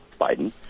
Biden